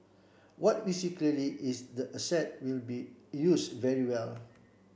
what we see clearly is the asset will be used very well